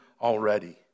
already